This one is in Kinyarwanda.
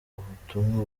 ubutumwa